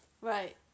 Right